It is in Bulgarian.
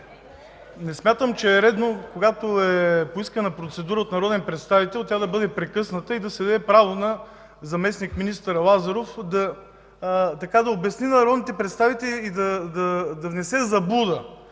не смятам, че е редно, когато е поискана процедура от народен представител, да бъде прекъсната и да се даде право на заместник-министър Лазаров да обясни така на народните представители и да внесе заблуда.